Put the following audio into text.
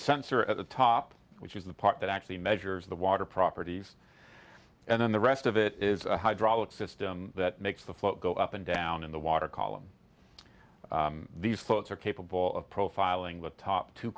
sensor at the top which is the part that actually measures the water properties and then the rest of it is a hydraulic system that makes the float go up and down in the water column these floats are capable of profiling the top two